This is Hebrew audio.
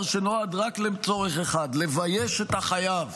שנועד רק לצורך אחד: לבייש את החייב,